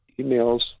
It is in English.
emails